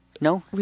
No